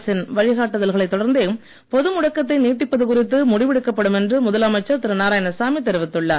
அரசின் வழிகாட்டுதல்களைத் தொடர்ந்தே பொது மத்திய முடக்கத்தை நீட்டிப்பது குறித்து முடிவெடுக்கப்படும் என்று முதலமைச்சர் திரு நாராயணசாமி தெரிவித்துள்ளார்